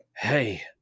Hey